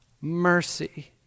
Mercy